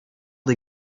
des